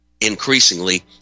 increasingly